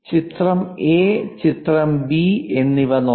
ചിത്രം എ ചിത്രം ബി എന്നിവ നോക്കാം